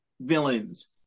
villains